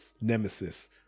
Nemesis